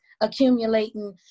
accumulating